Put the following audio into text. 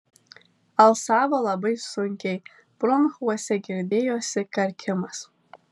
alsavo labai sunkiai bronchuose girdėjosi karkimas